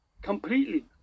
completely